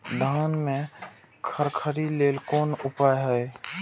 धान में खखरी लेल कोन उपाय हय?